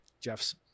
Jeff's